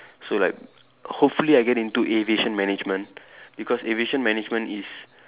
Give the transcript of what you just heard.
so like hopefully I get into aviation management because aviation management is